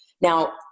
Now